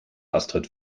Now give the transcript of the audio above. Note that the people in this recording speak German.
astrid